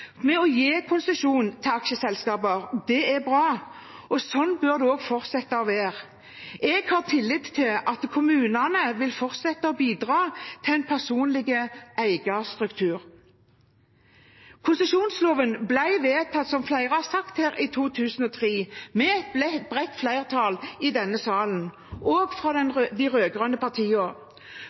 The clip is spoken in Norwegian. med å gi konsesjon til aksjeselskaper. Det er bra, og sånn bør det også fortsette å være. Jeg har tillit til at kommunene vil fortsette å bidra til en personlig eierstruktur. Konsesjonsloven ble vedtatt, som flere har sagt her, i 2003 med et bredt flertall i denne salen, også fra